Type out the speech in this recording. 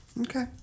Okay